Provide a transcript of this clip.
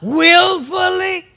willfully